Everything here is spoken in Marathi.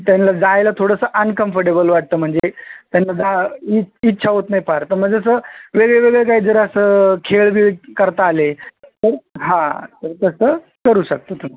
त्यांना जायला थोडंसं अनकम्फर्टेबल वाटतं म्हणजे त्यांना जायची इच्छा होत नाही फार तर म्हणजे असं वेगळे वेगळे जरा असं खेळ बिळ करता आले तर हा तसं करू शकता तुम्ही